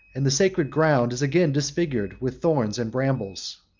and the sacred ground is again disfigured with thorns and brambles.